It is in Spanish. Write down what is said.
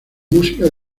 música